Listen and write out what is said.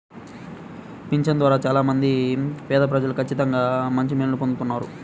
పింఛను ద్వారా చాలా మంది పేదప్రజలు ఖచ్చితంగా మంచి మేలుని పొందుతున్నారు